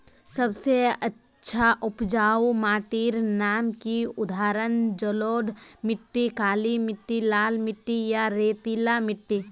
सबसे अच्छा उपजाऊ माटिर नाम की उदाहरण जलोढ़ मिट्टी, काली मिटटी, लाल मिटटी या रेतीला मिट्टी?